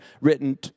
written